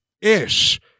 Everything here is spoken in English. ish